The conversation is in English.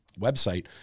website